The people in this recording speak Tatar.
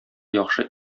яхшы